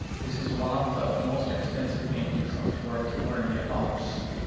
this is one of the most expensive paintings of worth two hundred million dollars.